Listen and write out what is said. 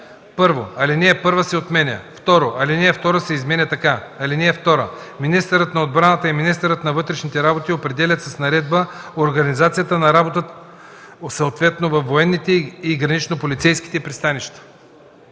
1. Алинея 1 се отменя. 2. Алинея 2 се изменя така: „(2) Министърът на отбраната и министърът на вътрешните работи определят с наредби организацията на работа съответно във военните и граничнополицейските пристанища.”